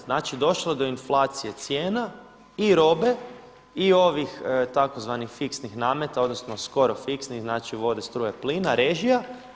Znači, došlo je do inflacije cijena i robe i ovih tzv. fiksnih nameta, odnosno skoro fiksnih, znači vode, struje, plina, režija.